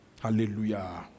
Hallelujah